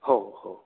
हो हो